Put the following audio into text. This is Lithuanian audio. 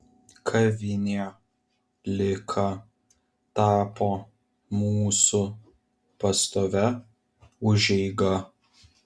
kavinė lika tapo mūsų pastovia užeiga